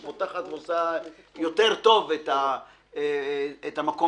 היא פותחת ועושה טוב יותר את המקום